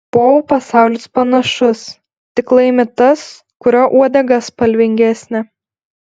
povų pasaulis panašus tik laimi tas kurio uodega spalvingesnė